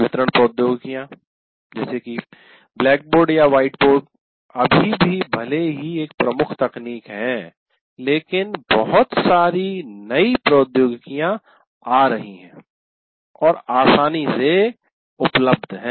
वितरण प्रौद्योगिकियां ब्लैकबोर्ड या व्हाइटबोर्ड अभी भी भले ही एक प्रमुख तकनीक है लेकिन बहुत सारी नई प्रौद्योगिकियां आ रही हैं और आसानी से उपलब्ध हैं